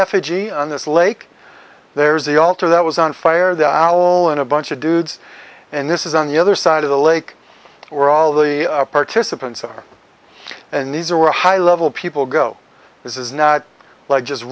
effigy on this lake there's the altar that was on fire that our own a bunch of dude's and this is on the other side of the lake were all the participants are and these are all high level people go this is not like just